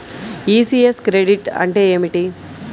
ECS credit అంటే ఏమిటి?